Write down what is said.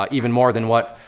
ah even more than what,